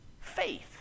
faith